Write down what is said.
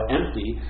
empty